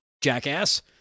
jackass